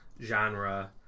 genre